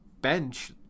bench